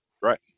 Right